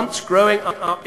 ואני חייב להגיד לך הערה אישית,